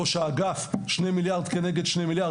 ראש האגף: 2 מיליארד כנגד 2 מיליארד,